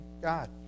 God